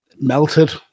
melted